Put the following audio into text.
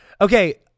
Okay